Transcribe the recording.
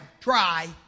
try